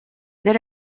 there